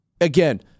Again